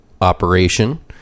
operation